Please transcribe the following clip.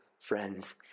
friends